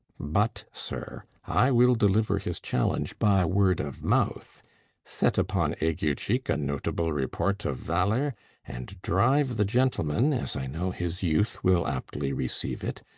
but, sir, i will deliver his challenge by word of mouth set upon aguecheek a notable report of valour and drive the gentleman, as i know his youth will aptly receive it,